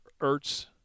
Ertz